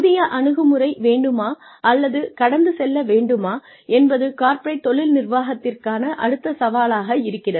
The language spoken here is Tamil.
புதிய அணுகுமுறை வேண்டுமா அல்லது கடந்து செல்ல வேண்டுமா என்பது கார்ப்பரேட் தொழில் நிர்வாகத்திற்கான அடுத்த சவாலாக இருக்கிறது இருக்கிறது